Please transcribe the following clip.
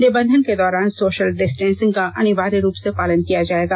निबंधन के दौरान सोशल डिस्टेंसिंग का अनिवार्य रूप से पालन किया जाएगा